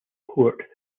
court